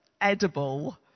edible